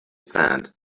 sand